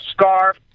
scarf